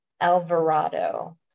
Alvarado